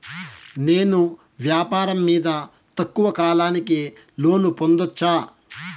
నేను వ్యాపారం మీద తక్కువ కాలానికి లోను పొందొచ్చా?